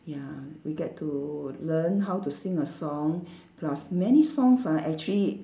ya we get to learn how to sing a song plus many songs are actually